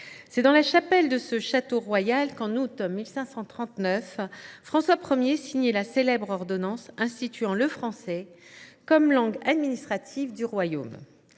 C’est dans la chapelle de ce château royal que François I a signé, en août 1539, la célèbre ordonnance instituant le français comme langue administrative du royaume.